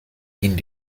dienen